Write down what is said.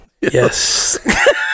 yes